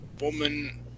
woman